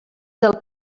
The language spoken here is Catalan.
del